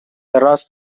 راست